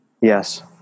Yes